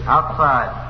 Outside